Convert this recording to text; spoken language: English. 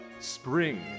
Spring